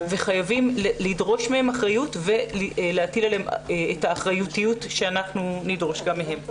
חייבים לדרוש מהם אחריות ולהטיל עליהם את האחריותיות שאנחנו נדרוש מהם.